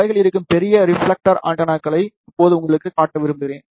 உலகில் இருக்கும் பெரிய ரிப்ஃலெக்டர் ஆண்டெனாக்களை இப்போது உங்களுக்குக் காட்ட விரும்புகிறேன்